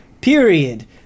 period